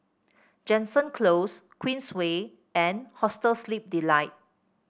Jansen Close Queensway and Hostel Sleep Delight